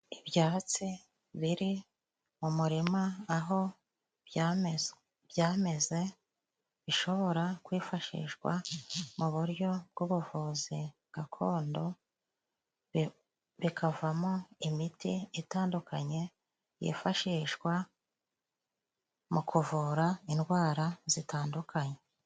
Ibyatsi biri mu murima aho byameze bishobora kwifashishwa mu buryo bw'ubuvuzi gakondo, bikavamo imiti itandukanye yifashishwa mu kuvura indwara zitandukanye.